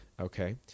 Okay